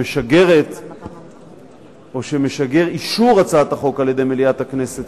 שמשגר אישור הצעת החוק על-ידי מליאת הכנסת,